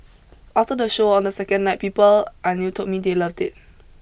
after the show on the second night people I knew told me they loved it